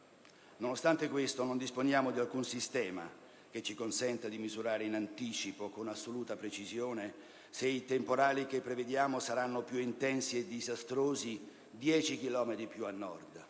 Nonostante questo, non disponiamo di alcun sistema che ci consenta di misurare in anticipo, con assoluta precisione, se i temporali che prevediamo saranno più intensi e disastrosi 10 chilometri più a Nord,